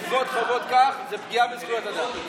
לגבות חובות כך זה פגיעה בציבור הדתי.